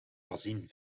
bazin